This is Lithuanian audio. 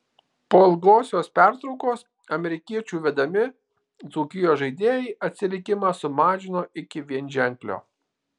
po ilgosios pertraukos amerikiečių vedami dzūkijos žaidėjai atsilikimą sumažino iki vienženklio